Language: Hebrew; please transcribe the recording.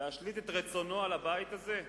להשליט את רצונו על הבית הזה,